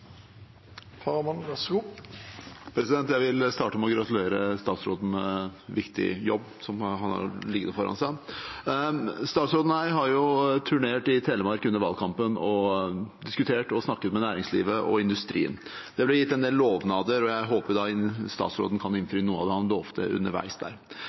Jeg vil starte med å gratulere statsråden med den viktige jobben han har liggende foran seg. Statsråden og jeg har turnert i Telemark under valgkampen og diskutert og snakket med næringslivet og industrien. Det ble gitt en del lovnader, og jeg håper statsråden kan innfri noe av det han lovte underveis der.